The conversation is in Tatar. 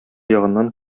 ягыннан